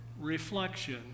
reflection